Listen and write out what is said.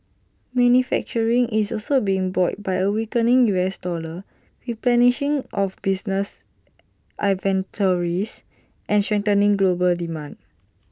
manufacturing is also being buoyed by A weakening U S dollar replenishing of business inventories and strengthening global demand